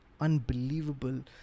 unbelievable